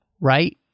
right